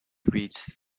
reads